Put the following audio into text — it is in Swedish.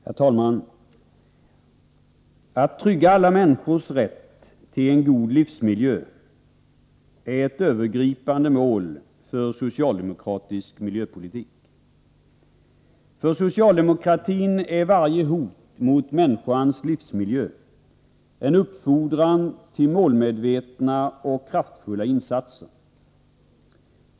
Herr talman! Att trygga alla människors rätt till en god livsmiljö är ett övergripande mål för socialdemokratisk miljöpolitik. För socialdemokratin är varje hot mot människans livsmiljö en uppfordran till målmedvetna och kraftfulla insatser.